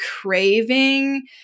craving